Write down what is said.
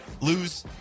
lose